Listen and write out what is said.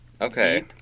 Okay